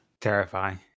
Terrifying